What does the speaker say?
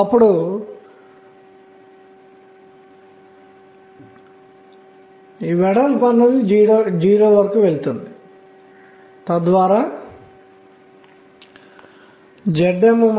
nr k n అని గుర్తుంచుకోండి మరియు nr అనేది 0 1 మరియు మొదలైనవి